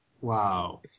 Wow